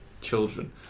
Children